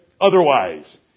otherwise